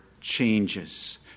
changes